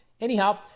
Anyhow